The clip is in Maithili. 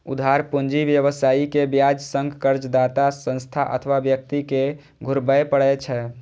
उधार पूंजी व्यवसायी कें ब्याज संग कर्जदाता संस्था अथवा व्यक्ति कें घुरबय पड़ै छै